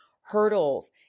hurdles